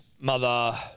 Mother